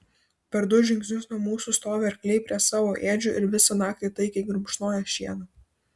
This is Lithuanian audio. per du žingsnius nuo mūsų stovi arkliai prie savo ėdžių ir visą naktį taikiai grumšnoja šieną